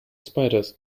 spiders